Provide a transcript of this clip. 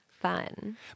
Fun